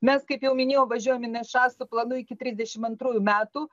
mes kaip jau minėjau važiuojam į nša su planu iki trisdešim antrųjų metų